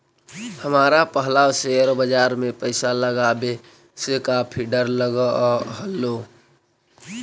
हमरा पहला शेयर बाजार में पैसा लगावे से काफी डर लगअ हलो